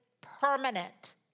permanent